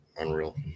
unreal